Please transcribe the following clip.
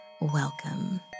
welcome